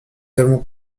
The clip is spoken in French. avons